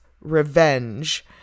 revenge